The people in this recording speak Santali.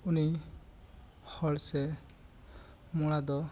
ᱩᱱᱤ ᱦᱚᱲ ᱥᱮ ᱢᱚᱲᱟ ᱫᱚ